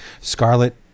Scarlet